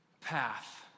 path